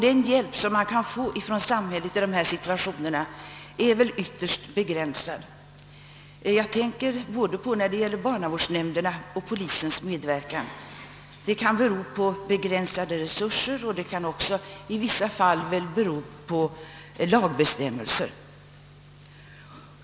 Den hjälp som man kan få av samhället i dessa situationer är emellertid ytterst begränsad. När det gäller både barnavårdsnämndernas och polisens medverkan kan detta bero på bristande resurser. I vissa fall kan det väl också bero på lagbestämmelser.